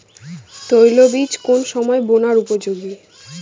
তৈলবীজ কোন সময়ে বোনার উপযোগী?